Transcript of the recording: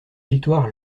victoire